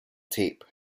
tape